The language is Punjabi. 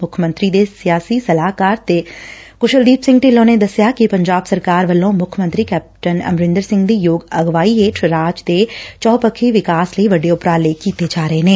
ਮੁੱਖ ਮੰਤਰੀ ਦੇ ਸਿਆਸੀ ਸਲਾਹਕਾਰ ਤੇ ਕੁਸ਼ਲਦੀਪ ਸਿੰਘ ਢਿੱਲੋ ਨੇ ਦੱਸਿਆ ਕਿ ਪੰਜਾਬ ਸਰਕਾਰ ਵੱਲੋ ਮੁੱਖ ਮੰਤਰੀ ਪੰਜਾਬ ਕੈਪਟਨ ਅਮਰਿੰਦਰ ਸਿੰਘ ਦੀ ਯੋਗ ਅਗਵਾਈ ਹੇਠ ਰਾਜ ਦੇ ਚਹੁਪੱਖੀ ਵਿਕਾਸ ਲਈ ਵੱਡੇ ਉਪਰਾਲੇ ਕੀਤੇ ਜਾ ਰਹੇ ਨੇ